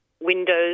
windows